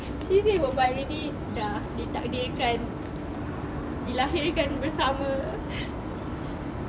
she sebok but already ditakdirkan dilahirkan bersama